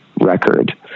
record